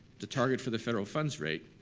the target for the federal funds rate,